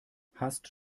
hast